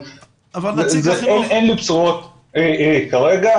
אבל אין לי בשורות כרגע.